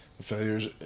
Failures